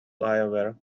flyover